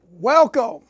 Welcome